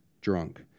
drunk